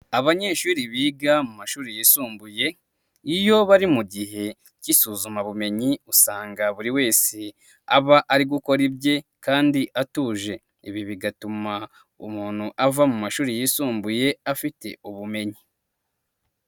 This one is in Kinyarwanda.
Abanyeshuri biga mu mashuri yisumbuye iyo bari mu gihe k'isuzumabumenyi usanga buri wese aba ari gukora ibye kandi atuje, ibi bigatuma umuntu ava mu mashuri yisumbuye afite ubumenyi.